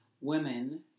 women